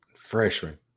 freshman